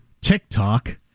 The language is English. TikTok